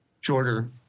shorter